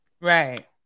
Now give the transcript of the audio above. Right